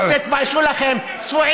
תתביישו לכם, צבועים.